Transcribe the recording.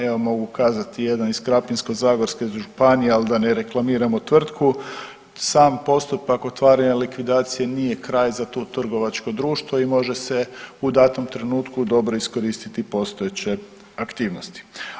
Evo mogu kazati jedan iz Krapinsko-zagorske županije, ali da ne reklamiramo tvrtku, sam postupak otvaranja likvidacije nije kraj za to trgovačko društvo i može se u datom trenutku dobro iskoristiti postojeće aktivnosti.